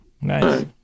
Nice